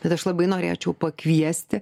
bet aš labai norėčiau pakviesti